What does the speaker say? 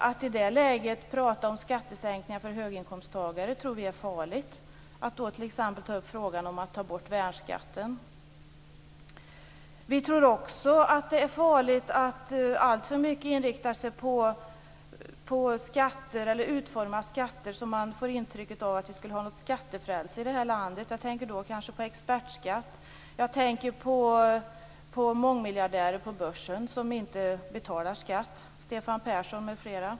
Att i det läget prata om skattesänkningar för höginkomsttagare tror vi är farligt, t.ex. att ta upp frågan om att ta bort värnskatten. Vi tror också att det är farligt att alltför mycket utforma skatter så att man får intrycket att vi skulle ha ett skattefrälse i det här landet. Jag tänker då på expertskatt. Jag tänker på mångmiljardärer på börsen som inte betalar skatt, Stefan Persson m.fl.